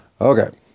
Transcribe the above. Okay